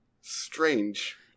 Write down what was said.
Strange